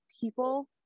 people